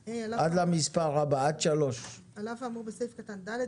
על אף האמור בסעיף קטן (ד),